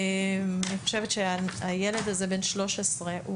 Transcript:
אני חושבת שהילד הזה בן ה-13,